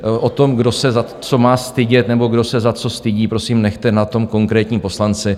To, kdo se za co má stydět nebo kdo se za co stydí, prosím nechte na tom konkrétním poslanci.